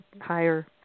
higher